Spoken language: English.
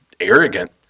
arrogant